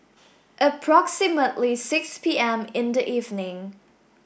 Approximately six P M in the evening